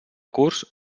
curs